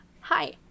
Hi